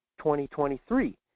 2023